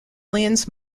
aliens